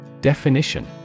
Definition